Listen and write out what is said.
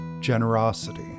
generosity